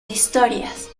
historias